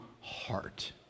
heart